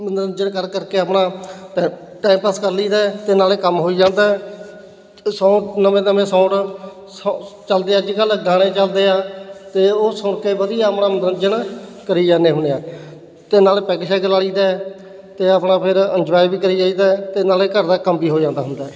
ਮੰਨੋਰੰਜਨ ਕਰ ਕਰਕੇ ਆਪਣਾ ਟੈ ਟਾਈਮ ਪਾਸ ਕਰ ਲਈਦਾ ਅਤੇ ਨਾਲੇ ਕੰਮ ਹੋਈ ਜਾਂਦਾ ਸੌ ਨਵੇਂ ਨਵੇਂ ਸੌਂਗ ਸੌਂ ਚੱਲਦੇ ਅੱਜ ਕੱਲ੍ਹ ਗਾਣੇ ਚੱਲਦੇ ਆ ਅਤੇ ਉਹ ਸੁਣ ਕੇ ਵਧੀਆ ਆਪਣਾ ਮੰਨੋਰੰਜਨ ਕਰੀ ਜਾਂਦੇ ਹੁੰਦੇ ਹਾਂ ਅਤੇ ਨਾਲੇ ਪੈੱਗ ਸ਼ੈੱਗ ਲਾ ਲਈਦਾ ਅਤੇ ਆਪਣਾ ਫਿਰ ਇੰਜੋਏ ਵੀ ਕਰੀ ਜਾਈਦਾ ਅਤੇ ਨਾਲੇ ਘਰ ਦਾ ਕੰਮ ਵੀ ਹੋ ਜਾਂਦਾ ਹੁੰਦਾ